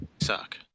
suck